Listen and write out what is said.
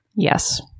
yes